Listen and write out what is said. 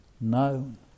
known